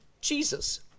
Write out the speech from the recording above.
Jesus